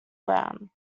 brown